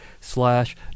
slash